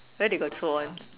where they got so ons